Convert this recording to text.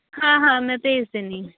ਹਾਂ ਹਾਂ ਮੈਂ ਭੇਜ ਦਿੰਦੀ